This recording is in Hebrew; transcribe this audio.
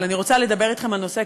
אבל אני רוצה לדבר אתכם על נושא.